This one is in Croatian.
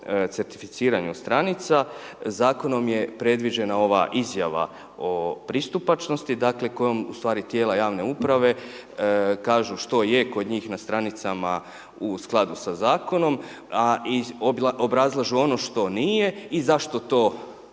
certificiranju stranica, zakonom je predviđena ova izjava o pristupačnosti dakle kojom ustvari tijela javne uprave kažu što je kod njih na stranicama u skladu sa zakonom i obrazlažu ono što nije i zašto to nisu